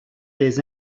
des